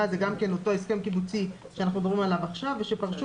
- שזה אותו הסכם קיבוצי שאנחנו מדברים עליו עכשיו - ושפרשו